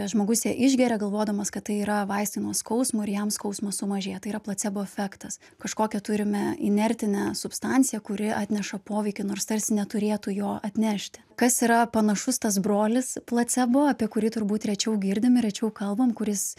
žmogus ją išgeria galvodamas kad tai yra vaistai nuo skausmo ir jam skausmas sumažėja tai yra placebo efektas kažkokią turime inertinę substanciją kuri atneša poveikį nors tarsi neturėtų jo atnešti kas yra panašus tas brolis placebo apie kurį turbūt rečiau girdim rečiau kalbam kuris